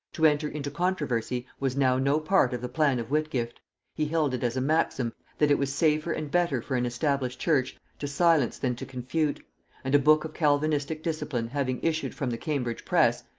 to enter into controversy was now no part of the plan of whitgift he held it as a maxim, that it was safer and better for an established church to silence than to confute and a book of calvinistic discipline having issued from the cambridge press,